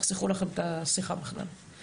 תחסכו לכם את השיחה בכלל.